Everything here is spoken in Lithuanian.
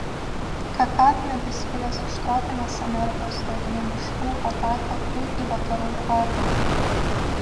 kakavmedis kilęs iš tropinės amerikos drėgnų miškų pateko ir į vakarų afriką